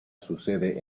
sucede